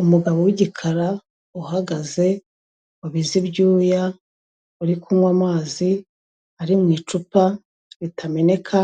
Umugabo w'igikara uhagaze, wabize ibyuya, uri kunywa amazi ari mu icupa ritameneka,